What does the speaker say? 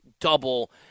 double